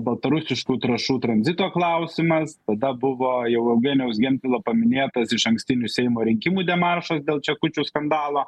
baltarusiškų trąšų tranzito klausimas tada buvo jau eugenijaus gentvilo paminėtas išankstinių seimo rinkimų demaršas dėl čekučių skandalo